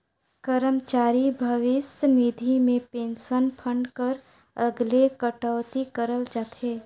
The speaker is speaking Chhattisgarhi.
करमचारी भविस निधि में पेंसन फंड कर अलगे कटउती करल जाथे